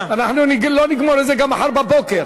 אנחנו לא נגמור את זה גם מחר בבוקר.